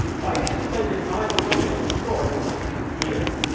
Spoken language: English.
why you should spend your time and money on your story, not your gear.